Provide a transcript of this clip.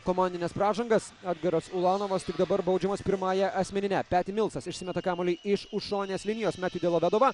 komandines pražangas edgaras ulanovas tik dabar baudžiamas pirmąja asmenine pet milsas išsimeta kamuolį iš už šoninės linijos metju delovedova